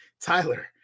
Tyler